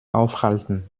aufhalten